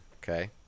Okay